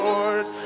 Lord